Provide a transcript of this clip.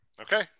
Okay